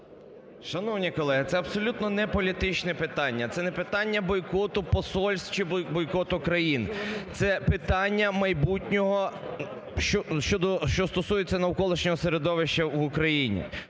Шановні колеги, це абсолютно неполітичне питання, це не питання бойкоту посольств чи бойкоту країн, це питання майбутнього, що стосується навколишнього середовища в Україні.